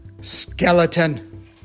SKELETON